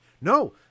No